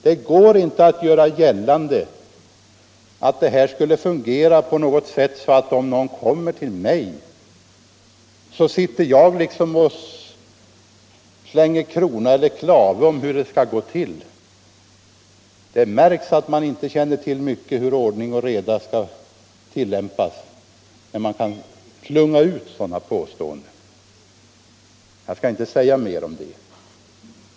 Det går inte att göra gällande att detta skulle fungera så att om någon kommer till mig, så sitter jag liksom och kastar krona och klave om vilka som som skall få en väg. Det märks att man inte känner till mycket om hur ordning och reda skall tillämpas, när man kan slunga ut sådana påståenden. Jag skall inte säga mer om det.